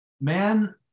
man